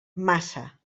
massa